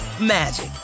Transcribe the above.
magic